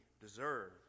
deserve